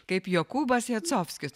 kaip jokūbas jacovskis